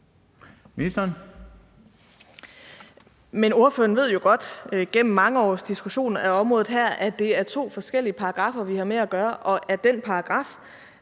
Krag): Men ordføreren ved jo godt gennem mange års diskussion af området her, at det er to forskellige paragraffer, vi har med at gøre, og at den paragraf,